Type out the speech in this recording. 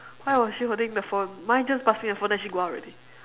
why was she holding the phone mine just pass me the phone then she go out already